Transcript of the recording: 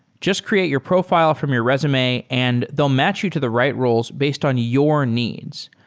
just create your profi le from your resume and they'll match you to the right roles based on your needs.